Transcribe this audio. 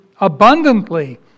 abundantly